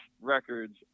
records